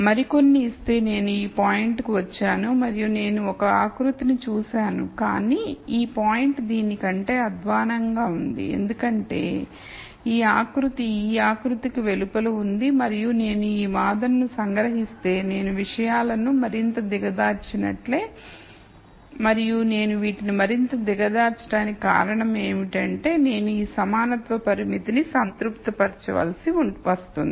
మరికొన్ని ఇస్తే నేను ఈ పాయింట్ కు వచ్చాను మరియు నేను ఒక ఆకృతిని చూశాను కానీ ఈ పాయింట్ దీని కంటే అధ్వాన్నంగా ఉంది ఎందుకంటే ఈ ఆకృతి ఈ ఆకృతికి వెలుపల ఉంది మరియు నేను ఈ వాదనను సంగ్రహిస్తే నేను విషయాలను మరింత దిగజార్చినట్లే మరియు నేను వీటిని మరింత దిగజారటానికి కారణం ఏమిటంటే నేను ఈ సమానత్వ పరిమితిని సంతృప్తి పరచవలసి వస్తుంది